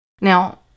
Now